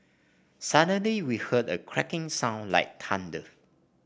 suddenly we heard a cracking sound like thunder